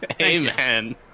Amen